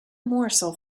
morsel